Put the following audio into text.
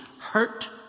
hurt